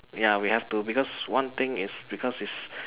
ya we have to because one thing is because is